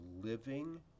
living